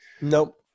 Nope